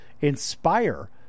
inspire